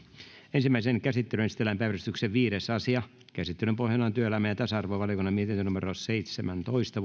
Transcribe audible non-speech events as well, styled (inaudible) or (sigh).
ensimmäiseen käsittelyyn esitellään päiväjärjestyksen viides asia käsittelyn pohjana on työelämä ja tasa arvovaliokunnan mietintö seitsemäntoista (unintelligible)